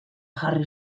jarri